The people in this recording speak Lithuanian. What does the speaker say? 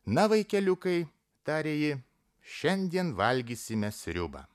na vaikeliukai tarė ji šiandien valgysime sriubą